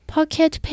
Pocket